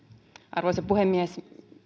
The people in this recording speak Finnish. arvoisa puhemies